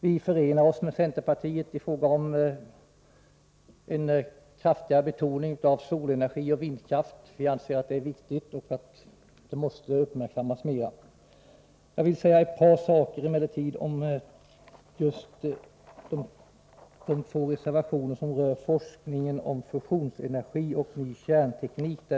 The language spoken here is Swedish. Vi förenar oss med centerpartiet i fråga om en kraftigare betoning av solenergi och vindkraft. Vi anser att detta är viktiga områden som måste uppmärksammas mera. Jag vill säga ett par saker om de två reservationer som rör forskningen om fusionsenergi och om ny kärnteknik.